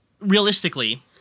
realistically